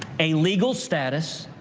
a legal status,